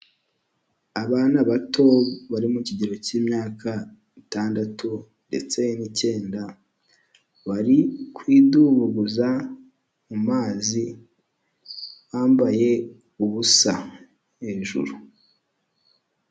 Abana bato bari mu kigero cy'imyaka itandatu ndetse n'icyenda, bari kwidubaguza mu mazi, bambaye ubusa. Hejuru.